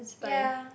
yea